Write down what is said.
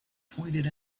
pointed